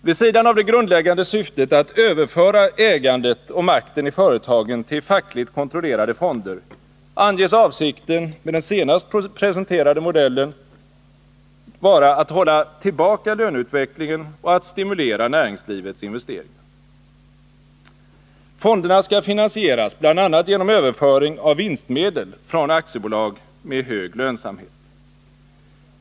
Vid sidan av det grundläggande syftet att överföra ägandet och makten i företagen till fackligt kontrollerade fonder anges avsikten med den senast presenterade modellen vara att hålla tillbaka löneutvecklingen och att stimulera näringslivets investeringar. Fonderna skall finansieras bl.a. genom överföring av vinstmedel från aktiebolag med hög lönsamhet.